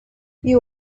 you